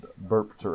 burp